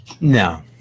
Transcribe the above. No